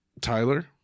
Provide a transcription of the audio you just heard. Tyler